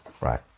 Right